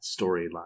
storyline